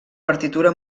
partitura